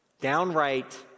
downright